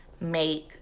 make